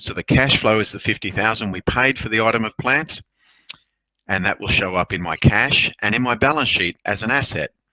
the cashflow is the fifty thousand we paid for the item of plant and that will show up in my cash and in my balance sheet as an asset.